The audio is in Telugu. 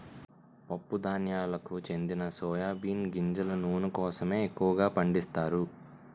పప్పు ధాన్యాలకు చెందిన సోయా బీన్ గింజల నూనె కోసమే ఎక్కువగా పండిస్తారు